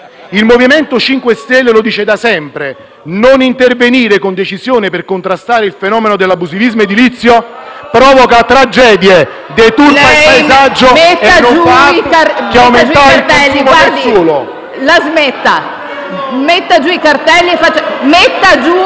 Il MoVimento 5 Stelle lo dice da sempre: non intervenire con decisione per contrastare il fenomeno dell'abusivismo edilizio provoca tragedie, deturpa il paesaggio... *(Commenti della